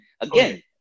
again